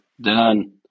Done